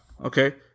Okay